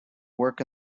work